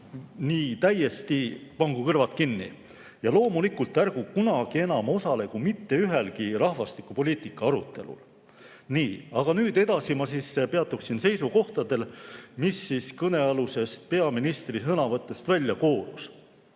täiesti pangu kõrvad kinni. Ja loomulikult ärgu kunagi enam osalegu mitte ühelgi rahvastikupoliitika arutelul. Aga nüüd edasi ma peatuksin seisukohtadel, mis kõnealusest peaministri sõnavõtust välja koorus.